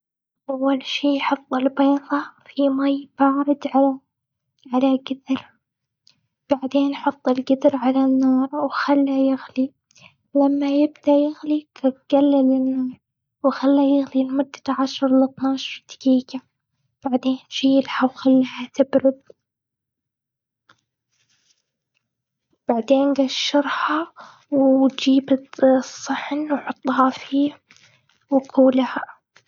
أول شي، حط البيضة في ماي بارد على على قدر. بعدين حط القدر على النار وخله يغلي. لما يبدأ يغلي، قلل النار، وخله يغلي لمدة عشر إلى اتناش دقيقة. بعدين شيلها وخلها تبرد. وبعدين جشرها وجيب الصحن وحطها فيه، وكولها.